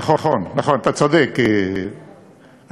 נכון, נכון, אתה צודק, אחמד.